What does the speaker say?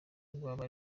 rwaba